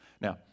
Now